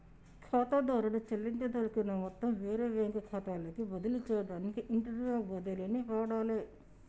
ఖాతాదారుడు చెల్లించదలుచుకున్న మొత్తం వేరే బ్యాంకు ఖాతాలోకి బదిలీ చేయడానికి ఇంటర్బ్యాంక్ బదిలీని వాడాలే